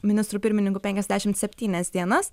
ministru pirmininku penkiasdešimt septynias dienas